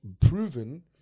proven